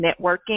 networking